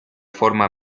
forma